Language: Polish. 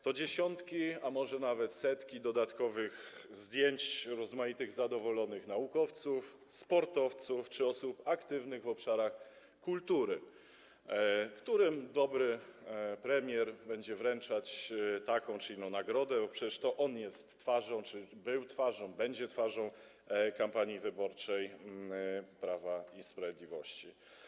To dziesiątki, a może nawet setki dodatkowych zdjęć rozmaitych zadowolonych naukowców, sportowców czy osób aktywnych w obszarach kultury, którym dobry premier będzie wręczać taką czy inną nagrodę, bo przecież to on jest twarzą czy był twarzą, będzie twarzą kampanii wyborczej Prawa i Sprawiedliwości.